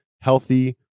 healthy